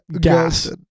gas